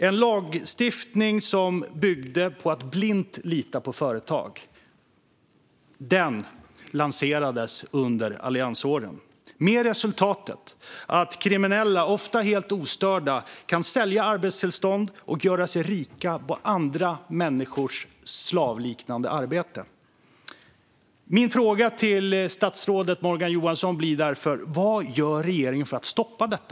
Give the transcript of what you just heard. En lagstiftning som byggde på att man blint litade på företag lanserades under alliansåren, med resultatet att kriminella kan - ofta helt ostört - sälja arbetstillstånd och bli rika på andra människors slavliknande arbete. Min fråga till statsrådet Morgan Johansson blir därför: Vad gör regeringen för att stoppa detta?